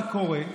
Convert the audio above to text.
זה קורה.